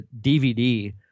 DVD